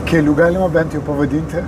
keliu galima bent jau pavadinti